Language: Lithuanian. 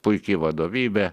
puiki vadovybė